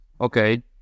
Okay